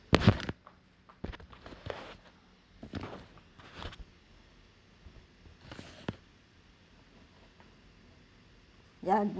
ya